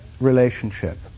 relationship